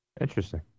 Interesting